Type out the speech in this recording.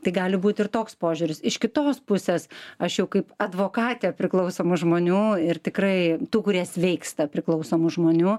tai gali būti ir toks požiūris iš kitos pusės aš jau kaip advokatė priklausomų žmonių ir tikrai tų kurie sveiksta priklausomų žmonių